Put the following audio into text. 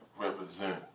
represent